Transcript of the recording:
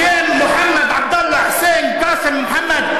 השמות מוחמד, עבדאללה, חוסיין, קאסם, מוחמד,